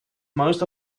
most